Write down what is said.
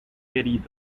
querido